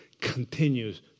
continues